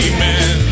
Amen